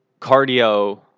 cardio